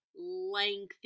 lengthy